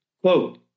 quote